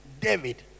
David